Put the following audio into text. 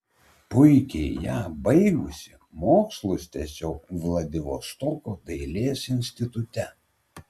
puikiai ją baigusi mokslus tęsiau vladivostoko dailės institute